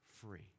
free